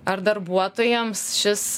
ar darbuotojams šis